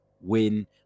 win